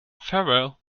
farewell